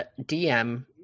DM